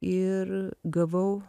ir gavau